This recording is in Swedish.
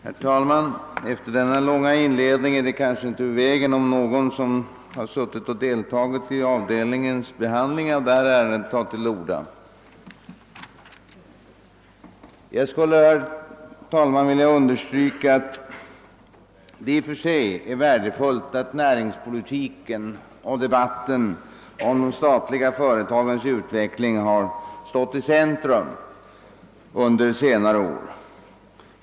Herr talman! Efter denna långa inledning är det kanske inte ur vägen om någon som har deltagit i avdelningens behandling av detta ärende tar till orda. Jag skulle vilja understryka att det i och för sig är värdefullt att näringspolitiken och debatten om de statliga företagens utveckling har stått i centrum under senare år.